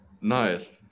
Nice